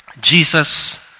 Jesus